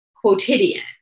quotidian